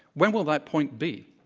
when will that point be?